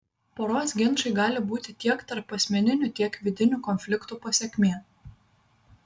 poros ginčai gali būti tiek tarpasmeninių tiek vidinių konfliktų pasekmė